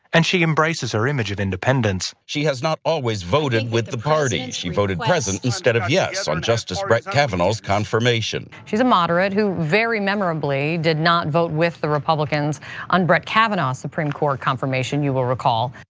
and she embraces her image of independence. she has not always voted with the party. she voted present instead of yes on justice brett kavanaugh's confirmation. she's a moderate who very memorably did not vote with the republicans on brett kavanaugh's supreme court confirmation, you will recall.